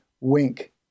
wink